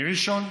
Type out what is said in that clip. מראשון,